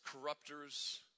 corrupters